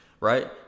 right